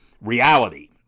reality